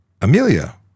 Amelia